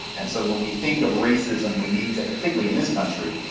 and so when we think of racism, we need to, particularly in this country,